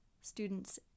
students